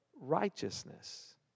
righteousness